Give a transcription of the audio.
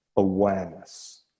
awareness